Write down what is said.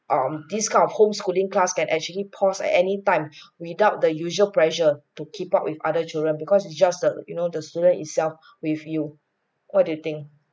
um this kind of homeschooling class can actually pause at anytime without the usual pressure to keep up with other children because it's just that you know the student itself with you what do you think